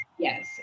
Yes